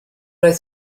oedd